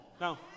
no